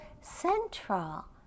central